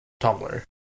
Tumblr